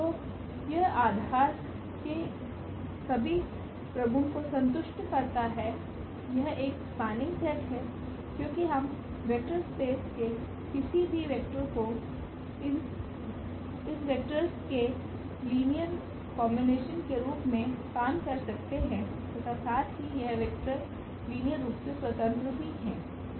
तो यह बेसिस के सभी प्रगुण को संतुष्ट करता है यह एक स्पान्निंग सेट है क्योकि हम वेक्टर स्पेस के किसी भी वेक्टर को इन वेक्टोर्स के लीनियर कोम्बिनेशन के रूप में स्पान कर सकते है तथा साथ ही यह वेक्टर लीनियर रूप से स्वतंत्र भी हैं